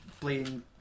playing